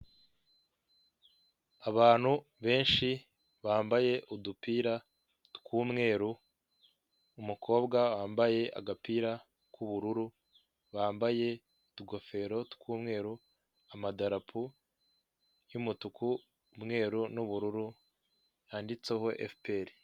Abantu benshi bambaye udupira tw'umweru, umukobwa wambaye agapira k'ubururu, bambaye utugofero tw'umweru, amadarapo y'umutuku ,umweru n'ubururu, yanditseho efuperi.